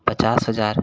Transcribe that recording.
पचास हजार